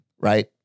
Right